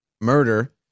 murder